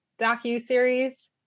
docu-series